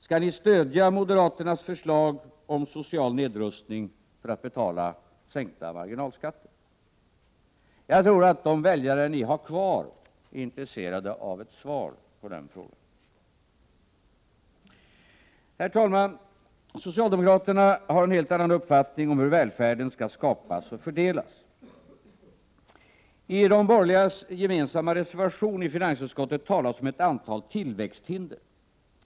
Skall ni stödja moderaternas förslag om social nedrustning för att betala en sänkning av 'marginalskatterna? Jag tror att de väljare som ni har kvar är intresserade av ett svar på den frågan. | Herr talman! Socialdemokraterna har en helt annan uppfattning om hur TR skall skapas och fördelas. I de borgerligas gemensamma reservation i finansutskottet talas om ett antal ”tillväxthinder”.